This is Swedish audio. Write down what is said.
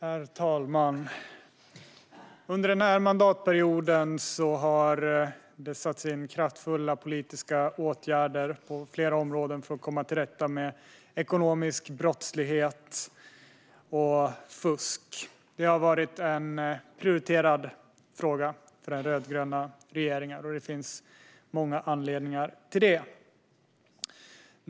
Herr talman! Under denna mandatperiod har det satts in kraftfulla politiska åtgärder på flera områden för att komma till rätta med ekonomisk brottslighet och fusk. Det har varit en prioriterad fråga för den rödgröna regeringen, och det finns många anledningar till det.